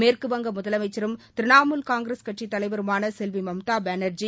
மேற்குவங்க முதலளமச்சரும் திரிணாமுல் காங்கிரஸ் கட்சித் தலைவருமான செல்வி மம்தா பானர்ஜி